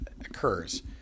occurs